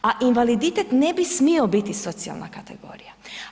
A invaliditet ne bi smio biti socijalna kategorija.